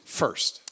first